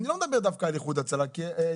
אני לא מדבר דווקא על איחוד הצלה - היתה